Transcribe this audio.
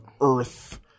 Earth